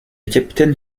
capitaine